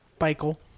Michael